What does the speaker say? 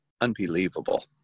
unbelievable